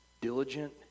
diligent